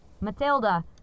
Matilda